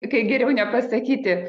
kaip geriau nepasakyti